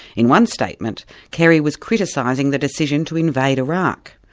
in one statement kerry was criticising the decision to invade iraq,